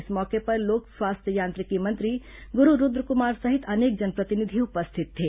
इस मौके पर लोक स्वास्थ्य यांत्रिकी मंत्री गुरू रूद्रकुमार सहित अनेक जनप्रतिनिधि उपस्थित थे